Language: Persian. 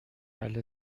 اهل